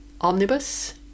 Omnibus